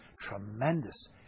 tremendous